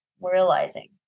realizing